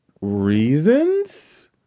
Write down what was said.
reasons